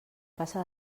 passa